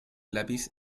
lápiz